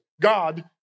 God